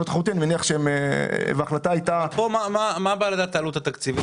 מה העלות התקציבית?